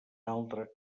altre